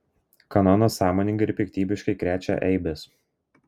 kanonas sąmoningai ir piktybiškai krečia eibes